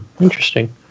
Interesting